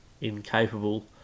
incapable